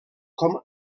com